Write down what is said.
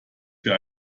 für